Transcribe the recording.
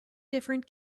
different